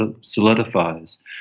solidifies